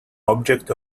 object